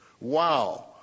Wow